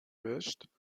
نوشتترکیه